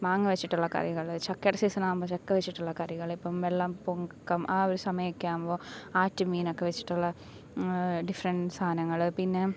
മാങ്ങാ വെച്ചിട്ടുള്ള കറികൾ ചക്കേടെ സീസണാവുമ്പോൾ ചക്ക വെച്ചിട്ടുള്ള കറികൾ ഇപ്പം വെള്ളം പൊക്കം ആ ഒരു സമയമൊക്കെ ആകുമ്പോൾ ആറ്റുമീനൊക്കെ വെച്ചിട്ടുള്ള ഡിഫ്രൻ സാധനങ്ങൾ പിന്നെ